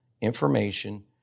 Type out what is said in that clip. information